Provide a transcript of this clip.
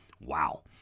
Wow